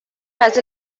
has